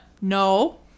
No